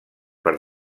per